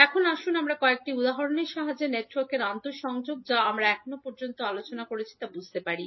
এখন আসুন আমরা কয়েকটি উদাহরণের সাহায্যে নেটওয়ার্কের আন্তঃসংযোগ যা আমরা এখন পর্যন্ত আলোচনা করেছি তা বুঝতে পারি